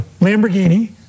Lamborghini